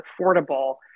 affordable